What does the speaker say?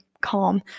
calm